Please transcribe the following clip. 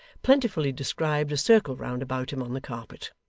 plentifully, described a circle round about him on the carpet.